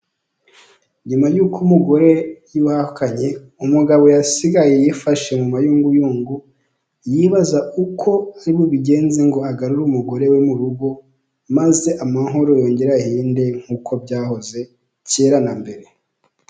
Nyuma y'uko umugore yahukanye umugabo yasigaye yifashe mu mayunguyungu yibaza uko ari bubigenze ngo agarure umugore we mu rugo maze amahoro yongere ahinde nk'uko byahoze kera na mbere.